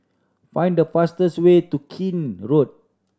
find the fastest way to Keene Road